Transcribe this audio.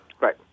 Right